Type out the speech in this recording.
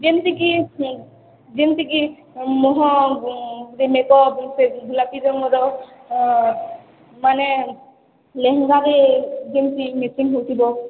ଯେମିତିକି ଯେମିତିକି ମୁହଁରେ ମେକଅପ୍ ସେ ଗୁଲାପୀ ରଙ୍ଗର ମାନେ ଲେହେଙ୍ଗାରେ ଯେମିତି ମେଚିଙ୍ଗ୍ ହେଉଥିବ